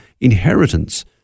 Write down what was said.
inheritance